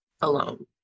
alone